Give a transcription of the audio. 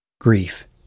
grief